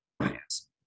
Yes